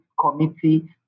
Committee